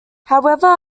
however